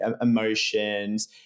emotions